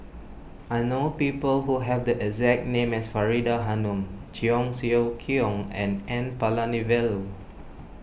I know people who have the exact name as Faridah Hanum Cheong Siew Keong and N Palanivelu